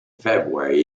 february